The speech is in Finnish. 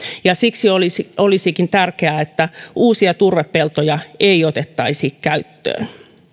siksi olisikin tärkeää että uusia turvepeltoja ei otettaisi käyttöön